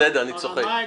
בסדר, אני צוחק.